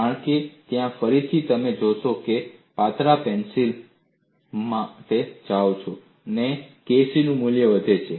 કારણ કે ત્યાં ફરીથી તમે જોશો જો તમે પાતળા પેનલ્સ માટે જાઓ છો તો K C નું મૂલ્ય વધે છે